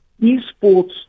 eSports